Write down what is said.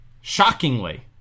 Shockingly